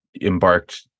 embarked